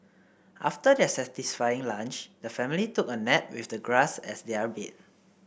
after their satisfying lunch the family took a nap with the grass as their bed